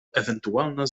ewentualna